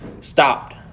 stopped